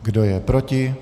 Kdo je proti?